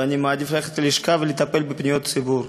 ואני מעדיף ללכת ללשכה ולטפל בפניות הציבור.